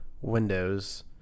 windows